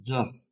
Yes